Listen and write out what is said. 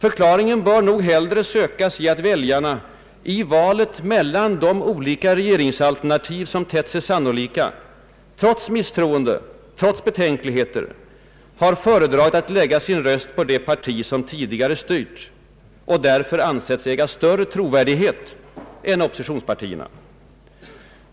Förklaringen bör nog hellre sökas i att väljarna, i valet mellan de olika regeringsalternativ som tett sig sannolika, trots misstroende och betänkligheter föredragit att lägga sin röst på det parti som tidigare styrt och därför ansetts äga större trovärdighet än oppositionspartierna.